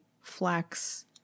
flax